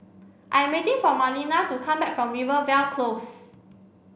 I am waiting for Marlena to come back from Rivervale Close